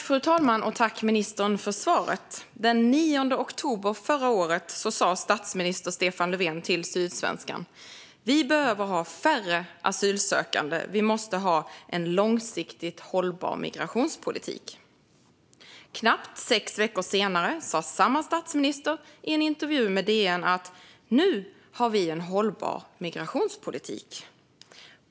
Fru talman! Tack, ministern, för svaret! Den 9 oktober förra året sa statsminister Stefan Löfven till Sydsvenskan att vi behöver ha färre asylsökande och att vi måste ha en långsiktigt hållbar migrationspolitik. Knappt sex veckor senare sa samma statsminister i en intervju i DN: "Nu har vi en hållbar migrationspolitik."